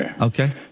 Okay